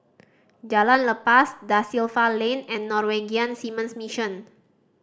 Jalan Lepas Da Silva Lane and Norwegian Seamen's Mission